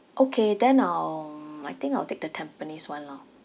okay then um I think I'll take the tampines [one] lah